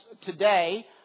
today